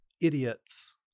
idiots